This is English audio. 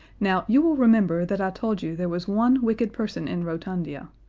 now, you will remember that i told you there was one wicked person in rotundia,